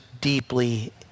deeply